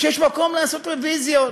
ושיש מקום לעשות רביזיות